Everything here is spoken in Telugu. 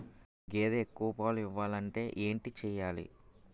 గేదె ఎక్కువ పాలు ఇవ్వాలంటే ఏంటి చెయాలి?